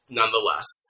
nonetheless